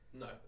no